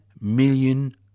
million